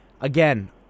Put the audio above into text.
Again